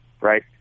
right